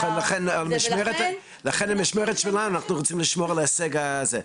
נכון ולכן במשמרת שלנו אנחנו גם רוצים לשמור על ההישג הזה.